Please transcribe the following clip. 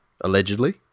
Allegedly